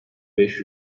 beş